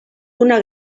una